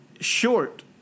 Short